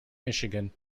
michigan